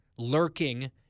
lurking